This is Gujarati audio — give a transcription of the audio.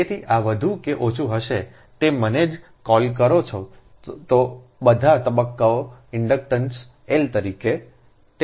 તેથી આ વધુ કે ઓછું હશે તમે જેને ક callલ કરો છો તે બધા તબક્કાઓ ઇન્ડક્ટન્સ L તરીકે રહેશે